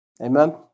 Amen